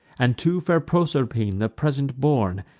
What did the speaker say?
and to fair proserpine the present borne,